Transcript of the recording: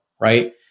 right